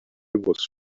was